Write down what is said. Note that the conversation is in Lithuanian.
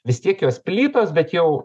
vis tiek jos plytos bet jau